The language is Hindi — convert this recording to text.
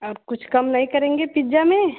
आप कुछ कम नहीं करेंगे पिज्जा में